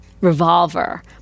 Revolver